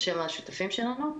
על שם השותפים שלנו.